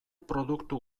produktu